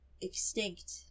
extinct